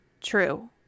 true